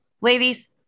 ladies